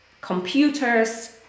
computers